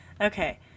Okay